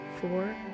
four